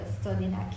studying